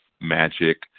Magic